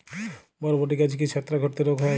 বরবটি গাছে কি ছত্রাক ঘটিত রোগ হয়?